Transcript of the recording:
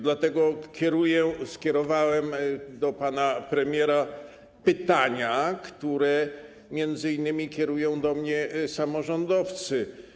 Dlatego skierowałem do pana premiera pytania, które m.in. kierują do mnie samorządowcy.